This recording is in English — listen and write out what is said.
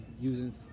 using